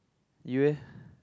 you eh